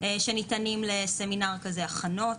הכנות